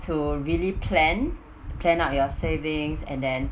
to really plan plan out your savings and then